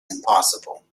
impossible